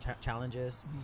challenges